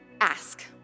ask